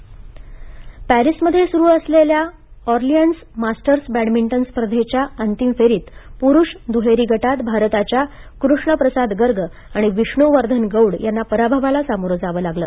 badminton पॅरिसमध्ये सुरू असलेल्या ऑरलिअन्स मास्टर्स बॅडमिंटन स्पर्धेच्या अंतिम फेरीत पुरुष द्हारी गटांत भारताच्या कृष्ण प्रसाद गर्ग आणि विष्णू वर्धन गौड यांना पराभवाला सामोरं जावं लागलं